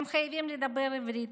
הם חייבים לדבר עברית,